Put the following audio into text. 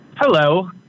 Hello